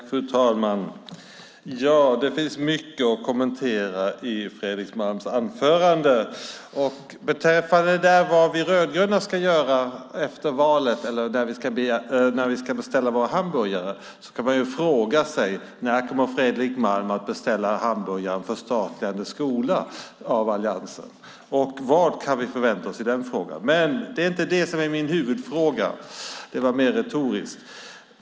Fru talman! Det finns mycket att kommentera i Fredrik Malm anförande. Beträffande vad vi rödgröna ska göra efter valet eller när vi ska beställa våra hamburgare kan man fråga sig: När kommer Fredrik Malm att beställa hamburgaren förstatligad skola av alliansen? Vad kan vi förvänta oss i den frågan? Men det är inte min huvudfråga, utan det var mer retoriskt.